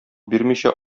бирмичә